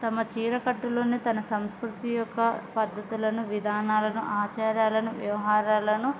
తమ చీరకట్టులో తన సంస్కృతి యొక్క పద్ధతులను విధానాలను ఆచారాలను వ్యవహారాలను